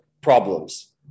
problems